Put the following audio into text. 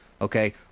okay